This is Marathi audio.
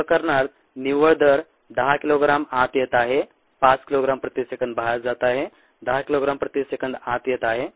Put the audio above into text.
या प्रकरणात निव्वळ दर 10 किलोग्राम आत येत आहे 5 किलोग्राम प्रति सेकंद बाहेर जात आहे 10 किलोग्राम प्रति सेकंद आत येत आहे